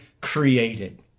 created